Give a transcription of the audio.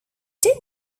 did